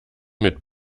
mit